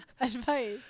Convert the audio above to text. advice